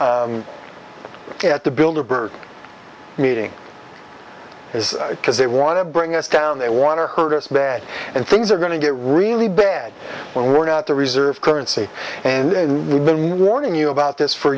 at the build a bird meeting it is because they want to bring us down they want to hurt us bad and things are going to get really bad when we're not the reserve currency and we've been warning you about this for